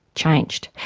changed.